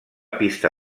pista